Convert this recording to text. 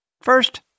First